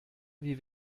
wie